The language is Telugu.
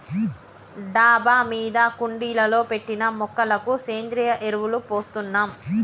డాబా మీద కుండీలలో పెట్టిన మొక్కలకు సేంద్రియ ఎరువులు పోస్తున్నాం